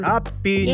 Happy